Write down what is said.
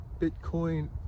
Bitcoin